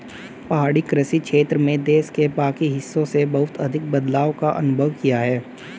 पहाड़ी कृषि क्षेत्र में देश के बाकी हिस्सों से बहुत अधिक बदलाव का अनुभव किया है